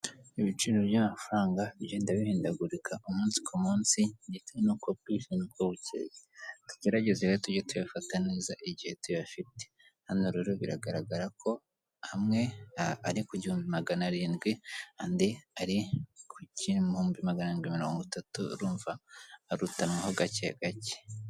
Ibiciro by'amafaranga bigenda bihindagurika umunsi ku munsi ndetsen'uko bwije n'uko bukeye, tugerageze rero tujye tuyafata neza igihe tuyafite, hano rero biragaragara ko amwe ari ku gihumbi magana arindwi andi ari ku gihumbi magana arindwi mirongo itatu, urumva ko arutanwaho gake gake.